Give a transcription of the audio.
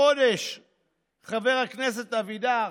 חבר הכנסת אבידר,